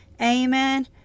Amen